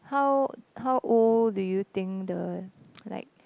how how old do you think the like